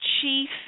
chief